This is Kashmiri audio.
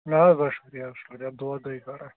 نہَ حظ نہَ شُکریہ شُکریہ دُعا دَے خٲرا